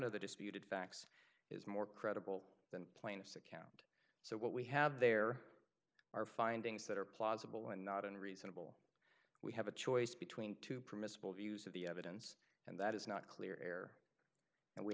of the disputed facts is more credible than plaintiff's account so what we have there are findings that are plausible and not unreasonable we have a choice between two permissible views of the evidence and that is not clear and we